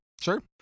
Sure